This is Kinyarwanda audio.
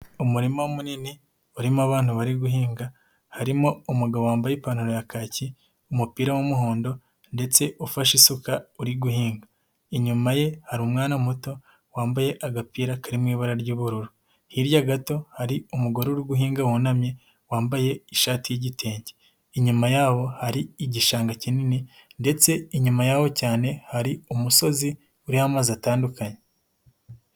Umurima munini urimo abantu bari guhinga, harimo umugabo wambaye ipantaro ya kaki, umupira w'umuhondo ndetse ufashe isuka uri guhinga. Inyuma ye hari umwana muto wambaye agapira karimo ibara ry'ubururu. Hirya gato hari umugore uri guhinga wunamye wambaye ishati yi'gitenge. Inyuma yabo hari igishanga kinini, ndetse inyuma yaho cyane hari umusozi uriho amazu atandukanye.